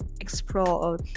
explore